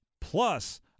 plus